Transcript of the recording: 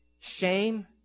Shame